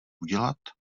udělat